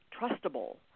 trustable